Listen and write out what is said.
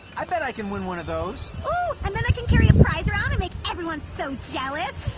i bet i can win one of those. ooh, and then i can carry a prize around and make everyone so jealous!